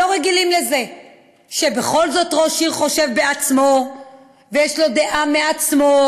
לא רגילים לזה שבכל זאת ראש עיר חושב בעצמו ויש לו דעה מעצמו,